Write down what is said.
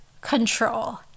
control